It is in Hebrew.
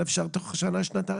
אלא שזה יקרה תוך שנה שנתיים.